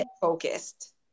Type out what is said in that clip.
focused